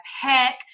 heck